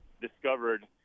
discovered